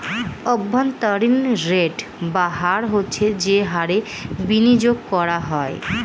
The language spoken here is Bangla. অভ্যন্তরীন রেট বা হার হচ্ছে যে হারে বিনিয়োগ করা হয়